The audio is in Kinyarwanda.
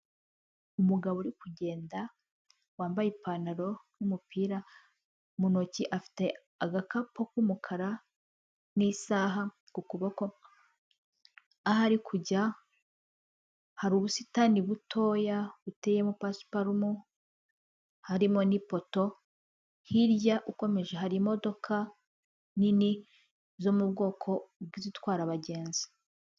Umugabo uri kugenda wambaye ipantaro n'umupira mu ntoki, afite agakapu k'umukara n'isaha ku kuboko, ahari kujya hari ubusitani butoya buteyemo pasiparumu harimo n'ipoto, hirya ukomeje hari imodoka nini zo mu bwoko bw'izitwara abagenzi.